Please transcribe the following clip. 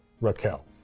Raquel